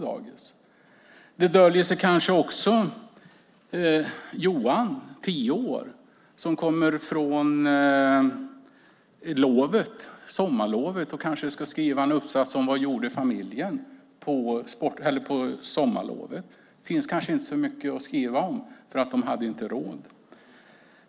Där döljer sig kanske Johan, tio år, som kommer från sommarlovet och ska skriva en uppsats om vad familjen gjorde på lovet. Det finns kanske inte så mycket att skriva om eftersom de inte hade råd.